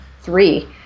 three